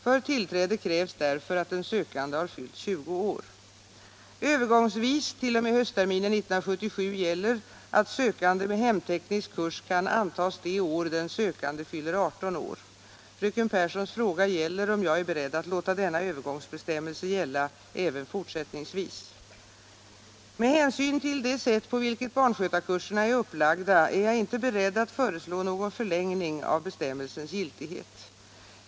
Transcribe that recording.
För tillträde krävs därför att den sökande har fyllt 20 år. Övergångsvis t.o.m. höstterminen 1977 gäller att sökande med hemteknisk kurs kan antas det år den sökande fyller 18 år. Fröken Pehrssons fråga gäller om jag är beredd att låta denna övergångsbestämmelse gälla även fortsättningsvis. Med hänsyn till det sätt på vilket barnskötarkurserna är upplagda är jag inte beredd att föreslå någon förlängning av bestämmelsens giltighet.